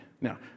Now